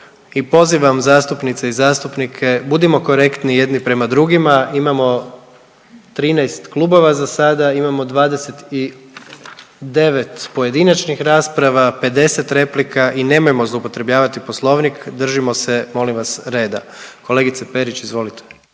i pozivam zastupnice i zastupnike, budimo korektni jedni prema drugima, imamo 13 klubova za sada, imamo 29 pojedinačnih rasprava, 50 replika i nemojmo zloupotrebljavati Poslovnik, držimo se, molim vas, reda. Kolegice Perić, izvolite